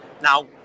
now